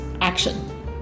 action